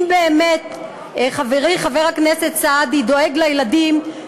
אם באמת חברי חבר הכנסת סעדי דואג לילדים,